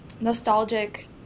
nostalgic